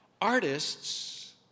Artists